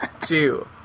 two